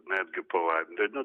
netgi po vandeniu